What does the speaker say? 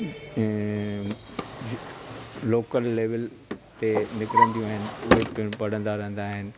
ऐं local level ते निकिरंदियूं आहिनि उहे पिण पढ़ंदा रहंदा आहिनि